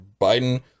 Biden